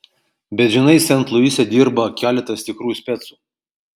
bet žinai sent luise dirba keletas tikrų specų